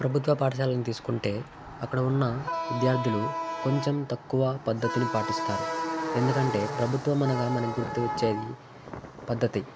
ప్రభుత్వ పాఠశాలను తీసుకుంటే అక్కడ ఉన్న విద్యార్థులు కొంచెం తక్కువ పద్ధతిని పాటిస్తారు ఎందుకంటే ప్రభుత్వము అనగా మన గుర్తు వచ్చేది పద్ధతి